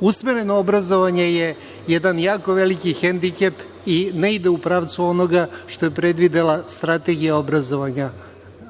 Usmereno obrazovanje je jedan jako veliki hendikep i ne ide u pravcu onoga što je predvidela Strategija razvoja